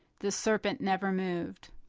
the serpent never moved.